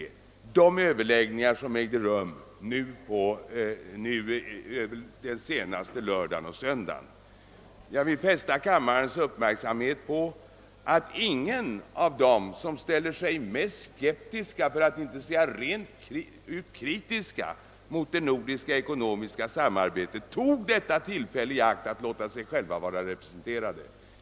Jag vill fästa kammarledamöternas. uppmärksamhet på att ingen av dem som ställer sig mest skeptisk, för att inte säga rent kritisk, mot det nordiska ekonomiska samarbetet tog detta tillfälle i akt att låta sig vara representerad.